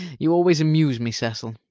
you always amuse me, cecil.